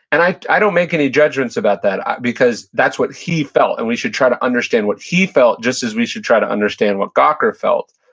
and i i don't make any judgments about that because that's what he felt, and we should try to understand what he felt just as we should try to understand what gawker felt.